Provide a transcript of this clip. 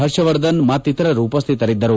ಹರ್ಷವರ್ಧನ್ ಮತ್ತಿತರರು ಉಪ್ಲಿತರಿದ್ದರು